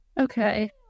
Okay